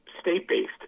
state-based